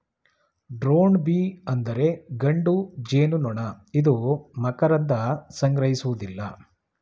drone bee ಅಂದರೆ ಗಂಡು ಜೇನುನೊಣ ಇದು ಮಕರಂದ ಸಂಗ್ರಹಿಸುವುದಿಲ್ಲ